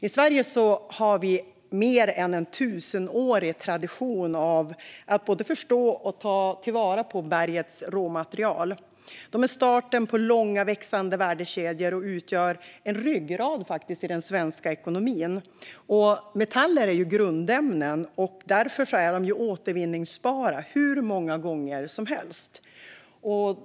I Sverige har vi en mer än tusenårig tradition av att både förstå och ta till vara bergets råmaterial. De är starten på långa, växande värdekedjor och utgör en ryggrad i den svenska ekonomin. Metaller är grundämnen och därför återvinnbara hur många gånger som helst.